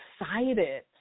excited